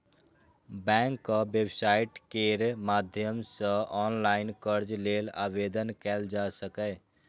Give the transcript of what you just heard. बैंकक वेबसाइट केर माध्यम सं ऑनलाइन कर्ज लेल आवेदन कैल जा सकैए